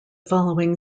following